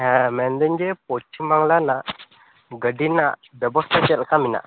ᱦᱮᱸ ᱢᱮᱱᱫᱟᱹᱧ ᱡᱮ ᱯᱟᱥᱪᱷᱤᱢ ᱵᱟᱝᱞᱟ ᱨᱮᱱᱟᱜ ᱜᱟᱹᱰᱤ ᱨᱮᱱᱟᱜ ᱵᱮᱵᱚᱥᱛᱟ ᱪᱮᱫᱞᱮᱠᱟ ᱢᱮᱱᱟᱜ ᱟ